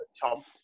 Tom